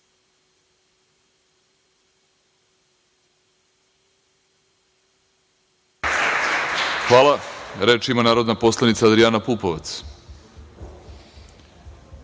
Hvala. Reč ima narodna poslanica Andrijana Pupovac.